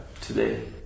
today